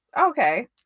Okay